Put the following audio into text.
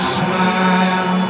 smile